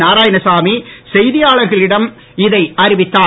நாராயணசாமி செய்தியாளர்களிடம் இதை அறிவித்தார்